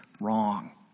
wrong